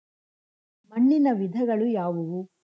ಮಣ್ಣಿನ ವಿಧಗಳು ಯಾವುವು?